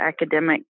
academic